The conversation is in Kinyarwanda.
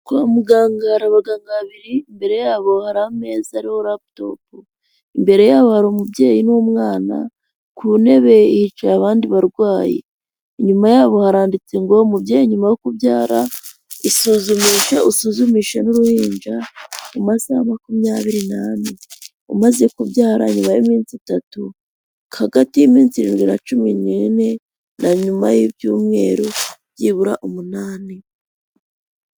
Kwa muganga hari abaganga babiri, imbere yabo hari ameza ariho raputopu, imbere yabo hari umubyeyi n'umwana, ku ntebe hicaye abandi barwayi. Inyuma yabo haranditse ngo; "Mubyeyi nyuma y'uko ubyara, isuzumishe usuzumishe n'uruhinja, mu masaha makumyabiri n'ane. Umaze kubyara nyuma y'iminsi itatu, hagati y'iminsi irindwi na cumi n'ine, na nyuma y'ibyumweru byibura umunani."